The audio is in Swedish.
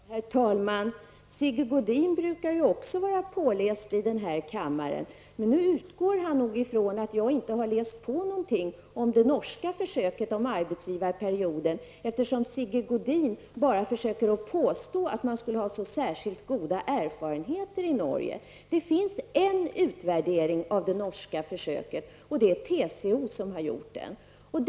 Herr talman! Också Sigge Godin brukar ju vara påläst här i kammaren, men nu utgår han nog från att jag inte har läst på om det norska försöket med arbetsgivarperiod. Han vill påstå att man skulle ha särskilt goda erfarenheter av detta i Norge. Det finns en utvärdering av det norska försöket, och den har gjorts av TCO.